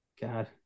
God